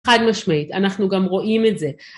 חד משמעית, אנחנו גם רואים את זה.